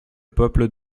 peuple